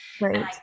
Right